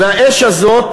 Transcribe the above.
והאש הזאת,